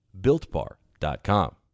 BuiltBar.com